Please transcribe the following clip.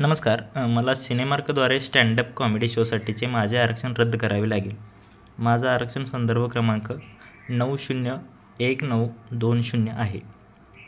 नमस्कार मला सिनेमार्कद्वारे स्टँडअप कॉमेडी शोसाठीचे माझे आरक्षण रद्द करावे लागेल माझं आरक्षण संदर्भ क्रमांक नऊ शून्य एक नऊ दोन शून्य आहे